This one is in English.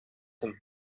them